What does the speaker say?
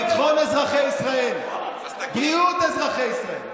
ביטחון אזרחי ישראל, בריאות אזרחי ישראל,